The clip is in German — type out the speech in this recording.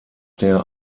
der